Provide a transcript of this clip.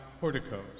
porticos